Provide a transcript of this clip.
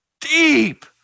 deep